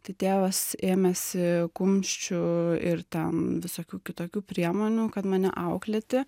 tai tėvas ėmėsi kumščių ir ten visokių kitokių priemonių kad mane auklėti